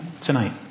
tonight